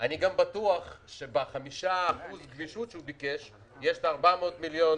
אני גם בטוח שב-5% גמישות שהוא ביקש יש את 400 מיליון